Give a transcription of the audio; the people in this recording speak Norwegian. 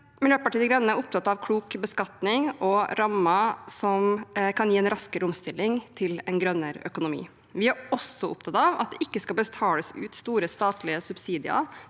Miljøpartiet De Grønne er opptatt av klok beskatning og rammer som kan gi en raskere omstilling til en grønnere økonomi. Vi er også opptatt av at det ikke skal betales ut store statlige subsidier